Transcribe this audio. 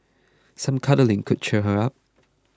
some cuddling could cheer her up